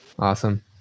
Awesome